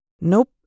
Nope